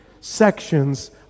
sections